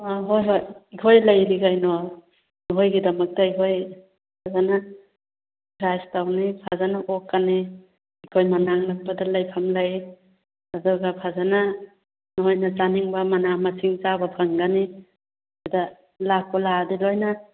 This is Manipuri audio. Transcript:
ꯑꯥ ꯍꯣꯏ ꯍꯣꯏ ꯑꯩꯈꯣꯏ ꯂꯩꯔꯤ ꯀꯔꯤꯅꯣ ꯅꯣꯏꯒꯤꯗꯃꯛꯇ ꯑꯩꯈꯣꯏ ꯐꯖꯅ ꯇꯧꯅꯤ ꯐꯖꯅ ꯑꯣꯛꯀꯅꯤ ꯑꯩꯈꯣꯏ ꯃꯅꯥꯛ ꯅꯛꯄꯗ ꯂꯩꯐꯝ ꯂꯩ ꯑꯗꯨꯒ ꯐꯖꯅ ꯅꯈꯣꯏꯅ ꯆꯥꯅꯤꯡꯕ ꯃꯅꯥ ꯃꯁꯤꯡ ꯆꯥꯕ ꯐꯪꯒꯅꯤ ꯁꯤꯗ ꯂꯥꯛꯄꯨ ꯂꯥꯛꯂꯗꯤ ꯂꯣꯏꯅ